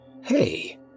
hey